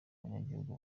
abanyagihugu